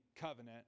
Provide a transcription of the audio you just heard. covenant